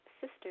sister